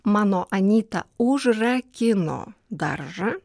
mano anyta užrakino daržą